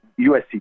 USC